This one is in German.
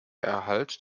erhalt